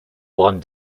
one